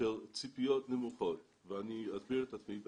של ציפיות נמוכות, ואני אסביר את עצמי בהמשך.